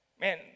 Man